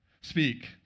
speak